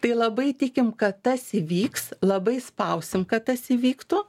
tai labai tikim kad tas įvyks labai spausim kad tas įvyktų